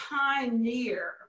pioneer